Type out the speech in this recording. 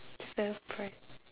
best prize